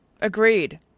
Agreed